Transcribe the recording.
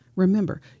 Remember